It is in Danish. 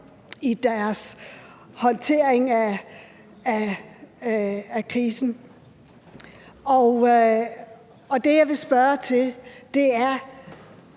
i håndteringen af krisen. Det, jeg vil spørge til, er: